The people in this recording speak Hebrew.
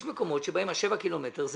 יש מקומות בהם שבעת הקילומטרים,